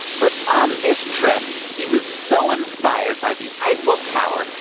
but on this trip, he was so inspired by the eiffel tower,